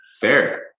Fair